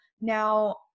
now